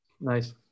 Nice